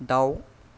दाउ